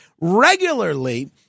regularly